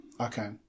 Okay